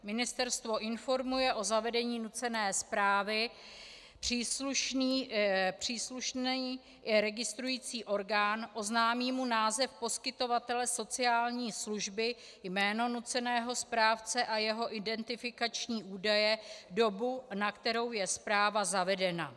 Ministerstvo informuje o zavedení nucené správy příslušný registrující orgán, oznámí mu název poskytovatele sociální služby, jméno nuceného správce a jeho identifikační údaje, dobu, na kterou je správa zavedena.